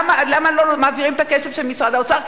למה לא מעבירים את הכסף של משרד האוצר?